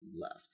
left